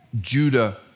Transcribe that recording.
Judah